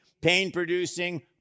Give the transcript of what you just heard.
pain-producing